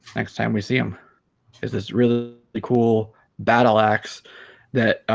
next time we see him is this really cool battle axe that